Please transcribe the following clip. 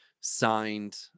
signed